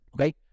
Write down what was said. Okay